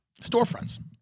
storefronts